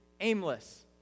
aimless